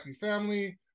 family